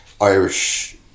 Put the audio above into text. Irish